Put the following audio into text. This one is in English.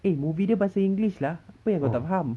eh movie dia bahasa english lah apa yang kau tak faham